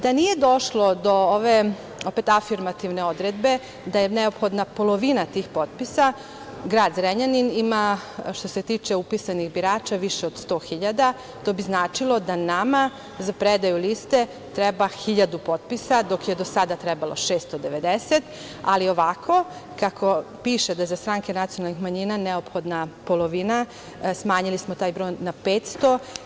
Da nije došlo do ove afirmativne odredbe da je neophodna polovina tih potpisa, grad Zrenjanin ima, što se tiče upisanih birača više od 100 hiljada, to bi značilo da nama za predaju liste treba hiljadu potpisa, dok je do sada trebalo 690, ali ovako kako piše, da je za stranke nacionalnih manjina neophodna polovina, smanjili smo taj broj na 500.